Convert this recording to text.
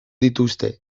dituzte